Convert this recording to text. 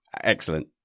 Excellent